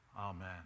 Amen